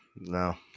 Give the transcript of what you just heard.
No